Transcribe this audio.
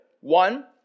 one